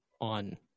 on